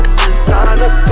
designer